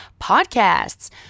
podcasts